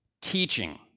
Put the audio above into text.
teaching